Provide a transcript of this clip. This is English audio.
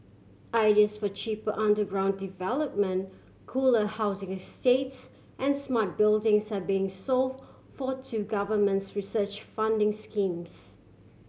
ideas for cheaper underground development cooler housing estates and smart buildings are being sought for two governments research funding schemes